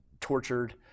tortured